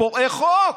פורעי חוק?